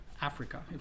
Africa